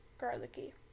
garlicky